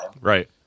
right